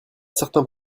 certains